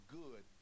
good